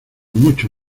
mucho